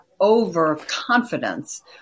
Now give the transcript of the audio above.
overconfidence